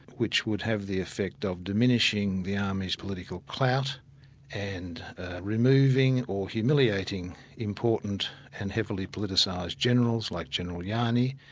which would have the effect of diminishing the army's political clout and removing or humiliating important and heavily politicised generals, like general yani,